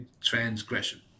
transgression